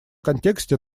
контексте